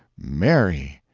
mary!